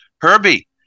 Herbie